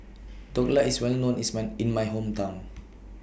Dhokla IS Well known in My Hometown